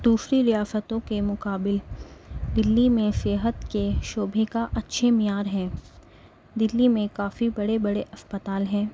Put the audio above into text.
دوسری ریاستوں کے مقابل دلی میں صحت کے شعبے کا اچھے معیار ہے دلی میں کافی بڑے بڑے اسپتال ہیں